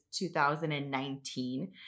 2019